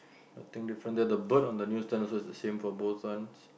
nothing different there the bird on the news stand also is the same for both ones